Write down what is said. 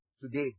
today